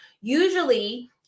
Usually